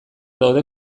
daude